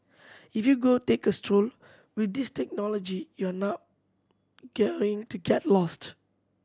if you go take a stroll with this technology you're not going to get lost